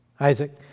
Isaac